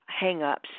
hang-ups